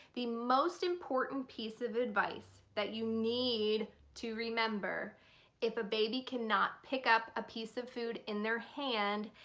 the most important piece of advice that you need to remember if a baby cannot pick up a piece of food in their hand,